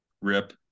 Rip